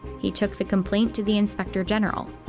he took the complaint to the inspector general.